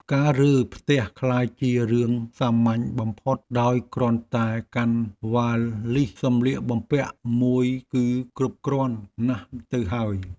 ការរើផ្ទះក្លាយជារឿងសាមញ្ញបំផុតដោយគ្រាន់តែកាន់វ៉ាលីសម្លៀកបំពាក់មួយគឺគ្រប់គ្រាន់ណាស់ទៅហើយ។